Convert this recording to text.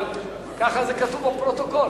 אבל כך זה כתוב בפרוטוקול.